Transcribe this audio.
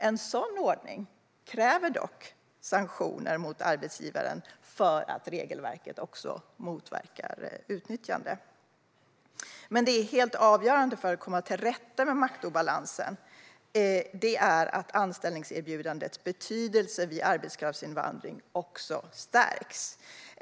En sådan ordning kräver dock sanktioner mot arbetsgivaren för att regelverket ska motverka utnyttjande. Men det helt avgörande för att komma till rätta med maktobalansen är att anställningserbjudandets betydelse vid arbetskraftsinvandring stärks.